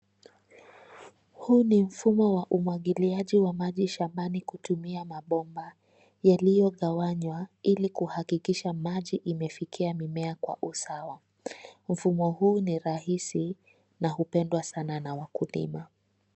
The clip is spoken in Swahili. Huu ni mfumo wa umwagiliaji wa maji shambani kutumia mabomba yaliyogawanyw ili kuhakikisha maji imefikia mimea kwa usawa, mfumo huu ni rahisi na upendwa sana na wakulima.